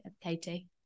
Katie